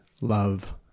love